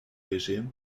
régime